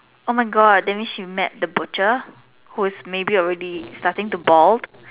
oh my God that means she met the butcher who is maybe already starting to bald